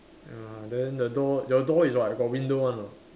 ya then the door your door is what got window one or not